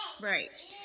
Right